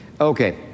Okay